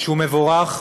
שהוא מבורך,